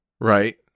right